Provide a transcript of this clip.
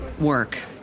work